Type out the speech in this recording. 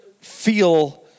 feel